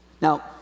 Now